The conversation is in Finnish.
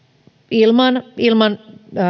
ilman ilman